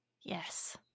Yes